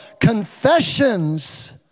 confessions